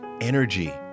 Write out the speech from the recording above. Energy